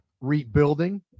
rebuilding